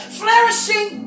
flourishing